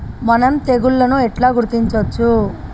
మనం తెగుళ్లను ఎట్లా గుర్తించచ్చు?